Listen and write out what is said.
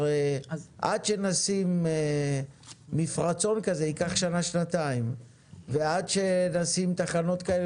עד שנשים מפרצון כזה ייקח שנה-שנתיים ועד שנשים תחנות כאלה,